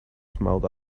smiled